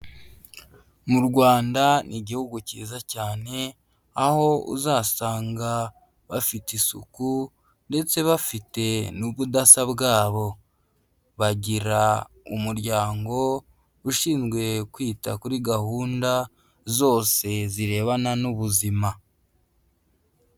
Mu Rwanda ni igihugu cyiza cyane aho uzasanga bafite isuku ndetse bafite n'ubudasa bwabo, bagira umuryango ushinzwe kwita kuri gahunda zose zirebana n'ubuzima.